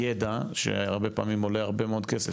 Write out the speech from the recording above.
ידע שהרבה פעמים עולה הרבה מאוד כסף,